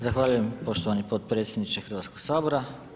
Zahvaljujem poštovani potpredsjedniče Hrvatskoga sabora.